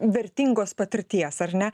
vertingos patirties ar ne